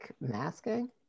masking